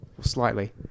Slightly